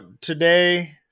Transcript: today